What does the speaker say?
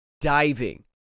diving